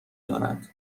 دارد